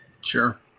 Sure